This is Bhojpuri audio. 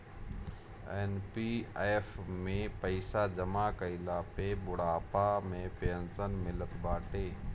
एन.पी.एफ में पईसा जमा कईला पे बुढ़ापा में पेंशन मिलत बाटे